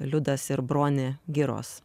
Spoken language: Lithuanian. liudas ir bronė giros